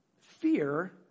Fear